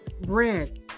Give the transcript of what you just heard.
bread